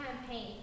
campaign